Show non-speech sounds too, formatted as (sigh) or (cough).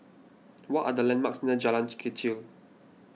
(noise) what are the landmarks near Jalan Kechil